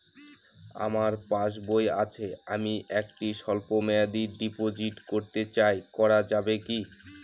আমার পাসবই আছে আমি একটি স্বল্পমেয়াদি ডিপোজিট করতে চাই করা যাবে কি?